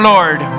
Lord